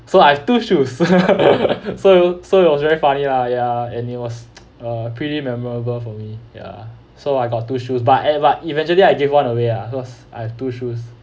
so I have two shoes so it so it was very funny lah ya and it was a pretty memorable for me ya so I got two shoes but at but eventually I give one away ah cause I have two shoes